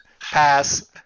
Pass